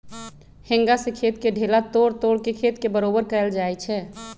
हेंगा से खेत के ढेला तोड़ तोड़ के खेत के बरोबर कएल जाए छै